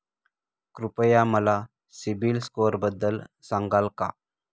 कृपया मला सीबील स्कोअरबद्दल सांगाल का?